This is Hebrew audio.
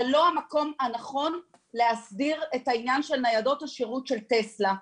לא המקום הנכון להסדיר את עניין ניידות השירות של טסלה.